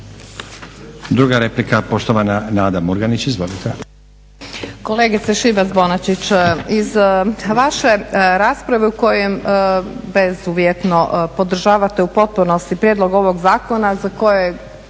Druga replika poštovana Nada Murganić. Izvolite.